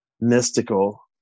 mystical